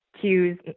cues